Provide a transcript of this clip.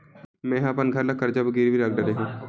मेहा अपन घर ला कर्जा बर गिरवी रख डरे हव